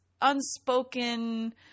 unspoken